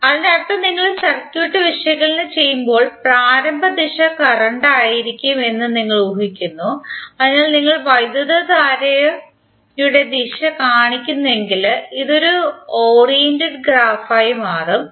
അതിനർത്ഥം നിങ്ങൾ സർക്യൂട്ട് വിശകലനം ചെയ്യുമ്പോൾ പ്രാരംഭ ദിശ കറന്റ് ആയിരിക്കും എന്ന് നിങ്ങൾ ഉഹിക്കുകയും അതിനാൽ നിങ്ങൾ വൈദ്യുതധാരയുടെ ദിശ കാണിക്കുന്നുവെങ്കിൽ ഇത് ഒരു ഓറിയന്റഡ് ഗ്രാഫായി മാറും